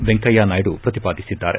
ವೆಂಕಯ್ಲನಾಯ್ಲು ಪ್ರತಿಪಾದಿಸಿದ್ದಾರೆ